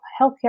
healthcare